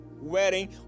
wedding